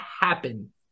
happen